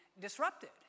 disrupted